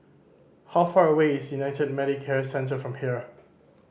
how far away is United Medicare Centre from here